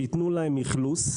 שייתנו להם אכלוס.